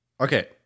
okay